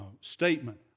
statement